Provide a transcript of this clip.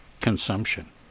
consumption